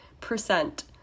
percent